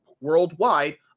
worldwide